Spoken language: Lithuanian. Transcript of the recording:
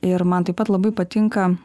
ir man taip pat labai patinka